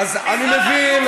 אתה שר החינוך,